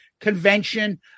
convention